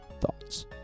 Thoughts